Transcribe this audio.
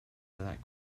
that